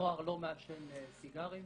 נוער לא מעשן סיגרים.